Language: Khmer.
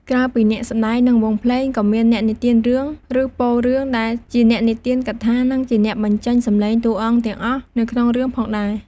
ក្រៅពីអ្នកសម្ដែង និងវង់ភ្លេង ក៏មានអ្នកនិទានរឿង ឬពោលរឿង ដែលជាអ្នកនិទានកថានិងជាអ្នកបញ្ចេញសំឡេងតួអង្គទាំងអស់នៅក្នុងរឿងផងដែរ។